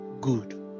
Good